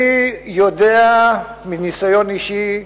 אני יודע מניסיון אישי,